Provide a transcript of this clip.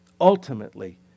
ultimately